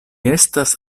estas